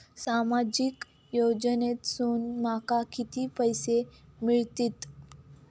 सामाजिक योजनेसून माका किती पैशे मिळतीत?